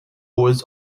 was